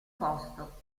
posto